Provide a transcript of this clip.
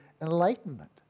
enlightenment